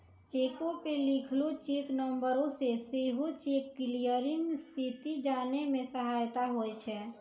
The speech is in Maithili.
चेको पे लिखलो चेक नंबरो से सेहो चेक क्लियरिंग स्थिति जाने मे सहायता होय छै